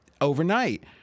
overnight